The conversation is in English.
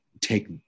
take